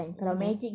mmhmm